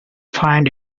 find